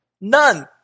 none